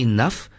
Enough